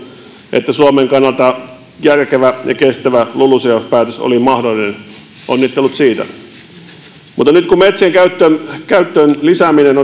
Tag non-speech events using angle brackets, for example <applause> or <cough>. että suomen kannalta järkevä ja kestävä lulucf päätös oli mahdollinen onnittelut siitä mutta nyt kun metsien käytön käytön lisääminen <unintelligible>